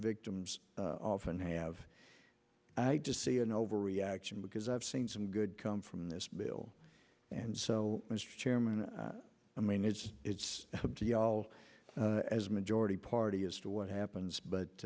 victims often have i just see an overreaction because i've seen some good come from this bill and so mr chairman i mean it's it's all as majority party as to what happens